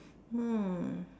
mm